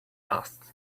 asked